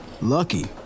Lucky